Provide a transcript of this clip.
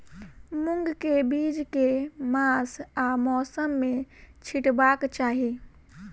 मूंग केँ बीज केँ मास आ मौसम मे छिटबाक चाहि?